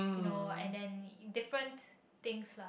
you know and then in different things lah